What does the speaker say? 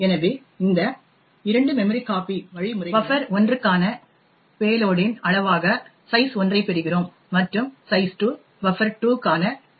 எனவே இந்த 2 memcpy வழிமுறைகளுடன் பஃபர்1 க்கான பேலோடின் அளவாக சைஸ் 1 ஐப் பெறுகிறோம் மற்றும் சைஸ் 2 பஃபர்2 க்கான பேலோடின் அளவாக இருக்கும்